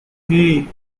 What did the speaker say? hey